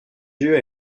due